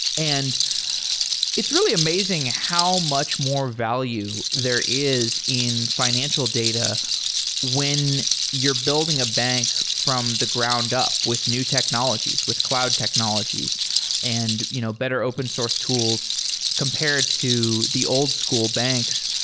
and it's really amazing how much more value there is in fi nancial data when you're building a bank from the ground-up with new technologies, with cloud technologies and you know better open source tools compared to the old school banks.